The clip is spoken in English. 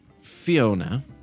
Fiona